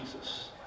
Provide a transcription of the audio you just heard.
Jesus